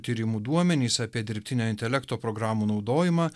tyrimų duomenys apie dirbtinio intelekto programų naudojimą